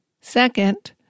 Second